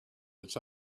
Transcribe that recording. its